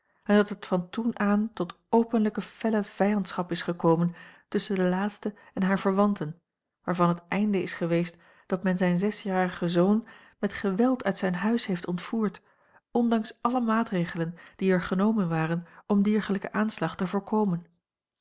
en dat het van toen aan tot openlijke felle vijandschap is gekomen tusschen den laatste en hare verwanten waarvan het einde is geweest dat men zijn zesjarigen zoon met geweld uit zijn huis heeft ontvoerd ondanks alle maatregelen die er genomen waren om diergelijke aanslag te voorkomen